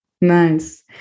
nice